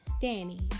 Danny